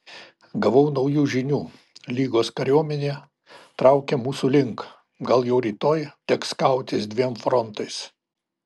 gavau naujų žinių lygos kariuomenė traukia mūsų link gal jau rytoj teks kautis dviem frontais